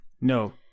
No